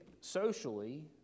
socially